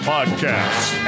Podcasts